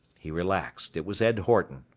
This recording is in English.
he relaxed. it was ed horton.